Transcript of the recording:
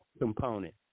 component